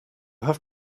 have